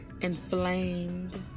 inflamed